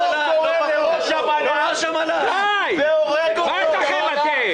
לא קורא לראש המל"ג והורג אותו?